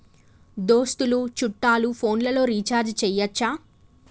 దోస్తులు చుట్టాలు ఫోన్లలో రీఛార్జి చేయచ్చా?